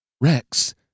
Rex